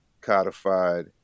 codified